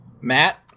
Matt